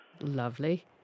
Lovely